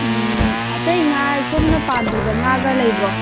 ꯑꯇꯩ ꯉꯥ ꯁꯣꯝꯅ ꯄꯥꯝꯕꯤꯕ ꯉꯥꯒ ꯂꯩꯕ꯭ꯔꯣ